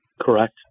Correct